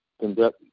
conduct